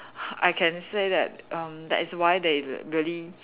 I can say that erm that is why they really